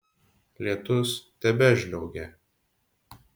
lietus tebežliaugė